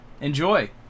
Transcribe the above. enjoy